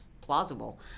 plausible